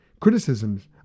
criticisms